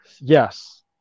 Yes